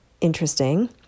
interesting